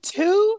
two